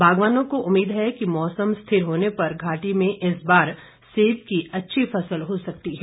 बागवानों को उम्मीद है कि मौसम स्थिर होने पर घाटी में इस बार सेब की अच्छी फसल हो सकती है